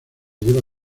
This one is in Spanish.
lleva